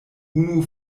unu